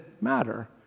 matter